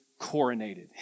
coronated